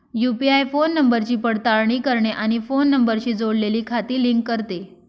UPI phone नंबरची पडताळणी करते आणि फोन नंबरशी जोडलेली खाती लिंक करते